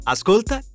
Ascolta